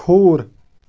کھووُر